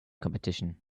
competition